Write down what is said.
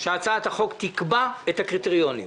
שתקבע את הקריטריונים.